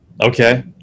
Okay